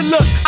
Look